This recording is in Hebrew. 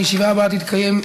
הישיבה הבאה תתקיים,